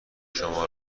شما